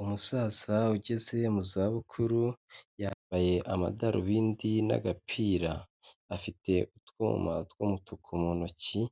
Umusaza ugeze mu zabukuru, yambaye amadarubindi n'agapira, afite utwuma tw'umutuku mu ntoki,